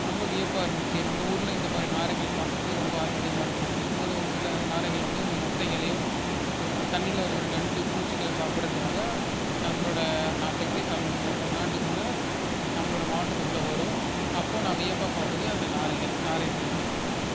ரொம்ப வியப்பாக இருந்திச்சு நம்ம ஊரில் இந்தமாதிரி நாரைங்களைப் பாக்கிறது ரொம்ப ஆச்சரியமாக இருந்திச்சு ஒரு ஒருசில நாரைகள் வந்து நத்தைகளையும் தண்ணீரில் இருக்கிற நண்டு பூச்சிகளை சாப்பிட்றதுக்காக நம்மளோட நாட்டுக்கு தம் நாட்டுக்குள்ளே நம்மளோட மாவட்டத்துக்குள்ளே வரும் அப்போது நான் வியப்பாக பார்த்தது அந்த நாரைகள் நாரை வகைகள்